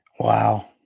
Wow